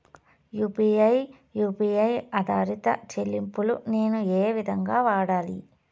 UPI U P I ఆధారిత చెల్లింపులు నేను ఏ విధంగా వాడాలి?